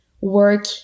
work